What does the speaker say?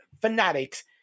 fanatics